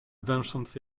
węsząc